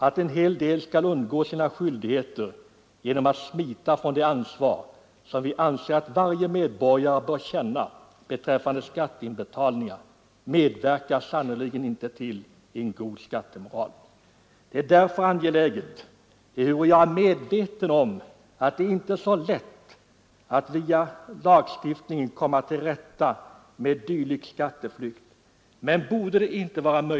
Att en hel del människor skall kunna smita från det ansvar som vi anser att varje medborgare bör känna beträffande skatteinbetalningar bidrar sannerligen inte till en god skattemoral. Jag är medveten om att det inte är så lätt att via lagstiftningen komma till rätta med dylik skatteflykt.